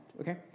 Okay